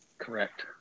correct